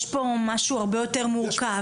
יש פה משהו הרבה יותר מורכב.